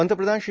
पंतप्रधान श्री